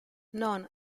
non